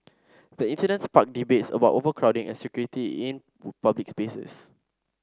the incident sparked debates about overcrowding and security in public spaces